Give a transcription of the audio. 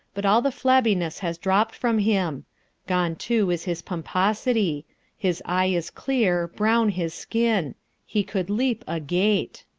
but all the flabbiness has dropped from him gone too is his pomposity his eye is clear, brown his skin he could leap a gate.